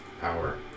power